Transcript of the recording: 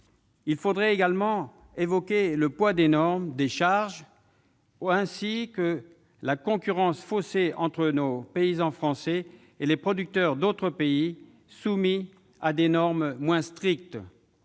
Il faudrait également évoquer le poids des normes et des charges, ainsi que la concurrence faussée entre nos paysans français et les producteurs d'autres pays, soumis à des normes moins strictes.